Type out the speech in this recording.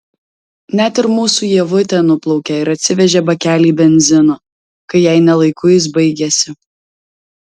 net ir mūsų ievutė nuplaukė ir atsivežė bakelį benzino kai jai ne laiku jis baigėsi